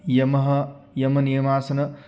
यमः यमनियमासनानि